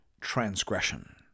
transgression